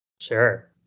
Sure